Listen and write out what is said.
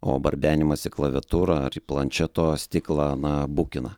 o barbenimas į klaviatūrą ar į planšeto stiklą na bukina